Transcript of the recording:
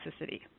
toxicity